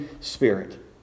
Spirit